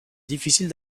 difficiles